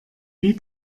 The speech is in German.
wie